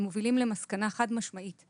הם מובילים למסקנה חד-משמעתית